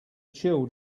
chill